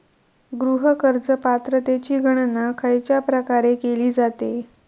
गृह कर्ज पात्रतेची गणना खयच्या प्रकारे केली जाते?